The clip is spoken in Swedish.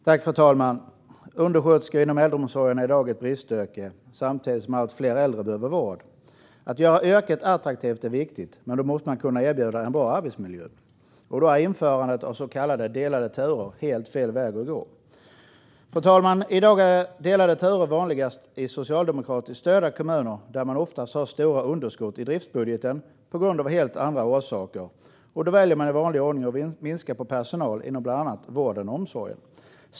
Fru talman! Det är i dag brist på undersköterskor inom äldreomsorgen samtidigt som allt fler äldre behöver vård. Att göra yrket attraktivt är viktigt, men då måste man kunna erbjuda en bra arbetsmiljö. Då är införandet av så kallade delade turer helt fel väg att gå. Fru talman! I dag är delade turer vanligast i socialdemokratiskt styrda kommuner, där man ofta har stora underskott i driftsbudgeten av helt andra orsaker. Då väljer man i vanlig ordning att minska på personal inom bland annat vården och omsorgen.